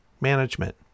management